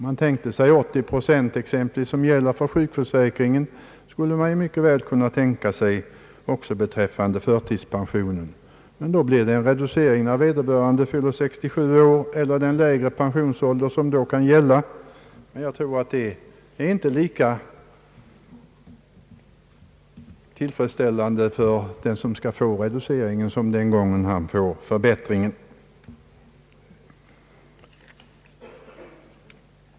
För sjukförsäkringen gäller exempelvis 80 procent, och samma procenttal skulle man ju mycket väl kunna tänka sig också beträffande förtidspensionen. Men då blir det en reducering när vederbörande fyller 67 år eller uppnår den lägre pensionsålder som då kan gälla. Jag tror inte att den som då drabbas av reduceringen blir lika nöjd som den gången han fick förbättringen.